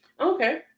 Okay